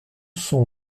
cent